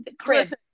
Chris